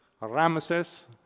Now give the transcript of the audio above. Ramses